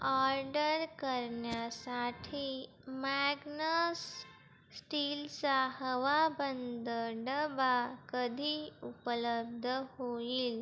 order करण्यासाठी Magnus स्टीलचा हवाबंद डबा कधी उपलब्ध होईल